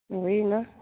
ਉਹੀ ਨਾ